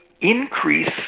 increase